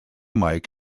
mic